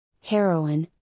heroin